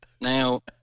Now